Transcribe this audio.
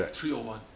three O one